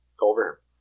over